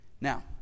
Now